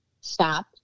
Stop